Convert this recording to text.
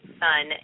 son